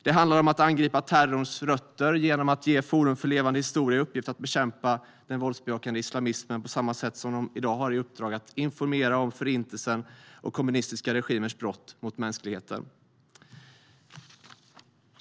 Det handlar om att angripa terrorns rötter genom att ge Forum för levande historia i uppgift att bekämpa den våldsbejakande islamismen, på samma sätt som de i dag har i uppgift att informera om Förintelsen och kommunistiska regimers brott mot mänskligheten.